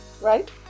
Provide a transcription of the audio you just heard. right